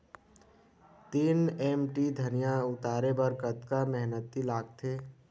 तीन एम.टी धनिया उतारे बर कतका मेहनती लागथे?